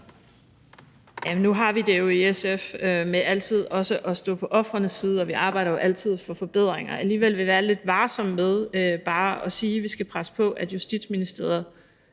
nu har vi det jo i SF med altid også at stå på ofrenes side, og vi arbejder jo altid for forbedringer. Alligevel vil vi være lidt varsomme med bare at sige, at vi skal presse på, i forhold til at Justitsministeriet